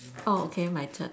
oh okay my turn